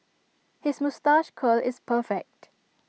his moustache curl is perfect